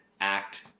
act